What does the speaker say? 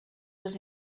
els